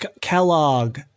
Kellogg